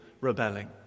rebelling